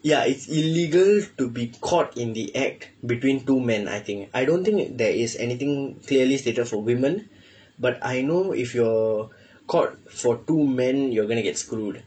ya it's illegal to be caught in the act between two men I think I don't think it there is anything clearly stated for women but I know if you're caught for two men you're going to get screwed